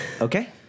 Okay